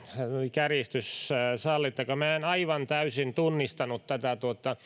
kärjistys sallittakoon minä en aivan täysin tunnistanut tätä